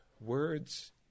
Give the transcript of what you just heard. words